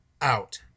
out